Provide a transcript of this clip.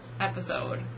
episode